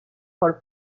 por